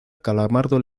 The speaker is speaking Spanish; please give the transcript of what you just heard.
calamardo